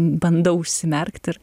bandau užsimerkti ir